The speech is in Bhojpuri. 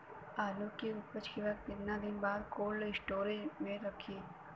आलू के उपज के कितना दिन बाद कोल्ड स्टोरेज मे रखी?